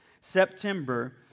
September